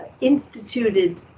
instituted